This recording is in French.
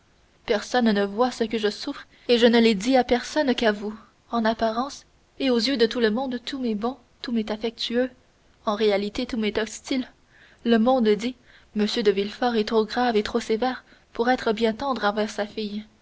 personne ne voit ce que je souffre et je ne l'ai dit à personne qu'à vous en apparence et aux yeux de tout le monde tout m'est bon tout m'est affectueux en réalité tout m'est hostile le monde dit m de villefort est trop grave et trop sévère pour être bien tendre envers sa fille